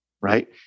right